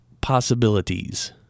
possibilities